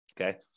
Okay